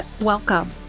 welcome